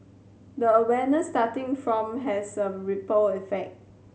the awareness starting from has a ripple effect